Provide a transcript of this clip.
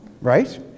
right